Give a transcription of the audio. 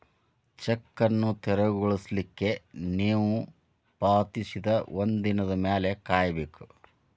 check ಅನ್ನು ತೆರವುಗೊಳಿಸ್ಲಿಕ್ಕೆ ನೇವು ಪಾವತಿಸಿದ ಒಂದಿನದ್ ಮ್ಯಾಲೆ ಕಾಯಬೇಕು